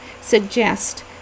suggest